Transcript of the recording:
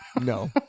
No